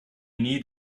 need